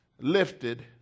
Lifted